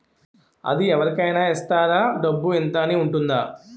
అది అవరి కేనా ఇస్తారా? డబ్బు ఇంత అని ఉంటుందా?